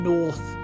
North